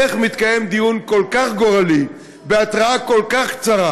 איך מתקיים דיון כל כך גורלי בהתראה כל כך קצרה,